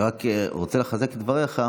אני רק רוצה לחזק את דבריך.